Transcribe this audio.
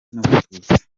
n’abatutsi